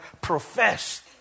professed